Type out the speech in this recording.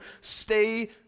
stay